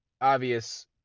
obvious